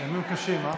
ימים קשים.